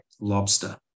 lobster